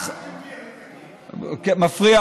למה אתה מפריע לחפלה של מירי, תגיד?